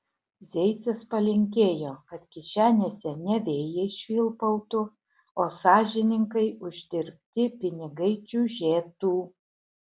zeicas palinkėjo kad kišenėse ne vėjai švilpautų o sąžiningai uždirbti pinigai čiužėtų